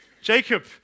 Jacob